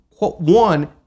one